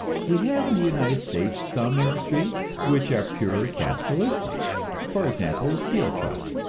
we have in the united states some industries which are purely capitalistic for example, the steel trust,